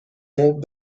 مبل